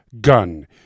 gun